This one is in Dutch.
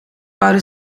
bouwde